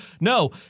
No